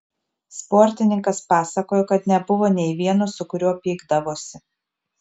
sportininkas pasakojo kad nebuvo nei vieno su kuriuo pykdavosi